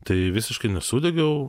tai visiškai nesudegiau